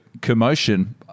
commotion